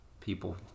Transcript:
People